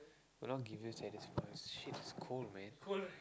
will not give you shit it's cold man